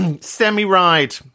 semi-ride